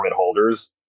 holders